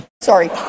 Sorry